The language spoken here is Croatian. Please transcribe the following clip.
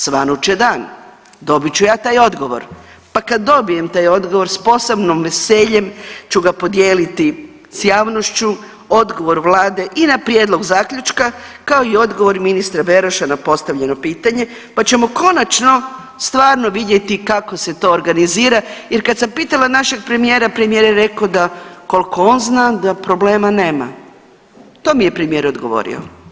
Svanut će dan, dobit ću ja taj odgovor, pa kad dobijem taj odgovor s posebnim veseljem ću ga podijeliti s javnošću odgovor vlade i na prijedlog zaključka kao i odgovor ministra Beroša na postavljeno pitanje pa ćemo konačno stvarno vidjeti kako se to organizira jer kad sam pitala našeg premijera, premijer je rekao da koliko on zna da problema nema, to mi je premijer odgovori.